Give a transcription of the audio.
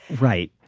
right?